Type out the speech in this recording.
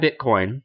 Bitcoin